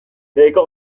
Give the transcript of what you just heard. beheko